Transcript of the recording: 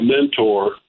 mentor